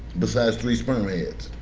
beside three sperm heads.